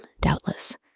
doubtless